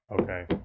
okay